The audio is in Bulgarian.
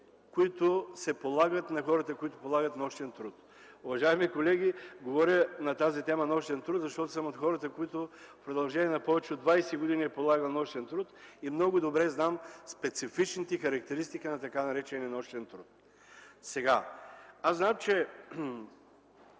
които се полагат на хората, които полагат нощен труд. Уважаеми колеги, говоря на темата нощен труд, защото съм от хората, които в продължение на повече от 20 години полага такъв, и много добре знам специфичните характеристики на така наречения нощен труд. Зная, че